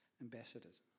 ambassadors